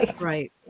Right